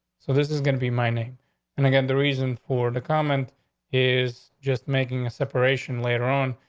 so this is gonna be mining. and again, the reason for the comment is just making a separation later on,